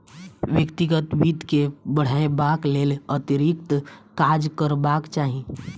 व्यक्तिगत वित्त के बढ़यबाक लेल अतिरिक्त काज करबाक चाही